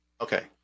Okay